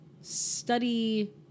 study